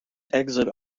exit